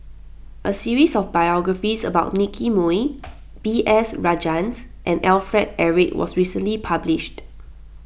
a series of biographies about Nicky Moey B S Rajhans and Alfred Eric was recently published